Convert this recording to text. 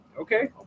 Okay